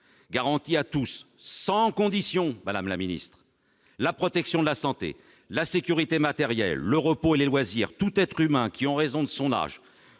garantit à tous, sans condition, « la protection de la santé, la sécurité matérielle, le repos et les loisirs. Tout être humain qui, en raison de son âge,